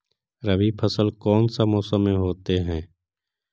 रवि फसल कौन सा मौसम में होते हैं?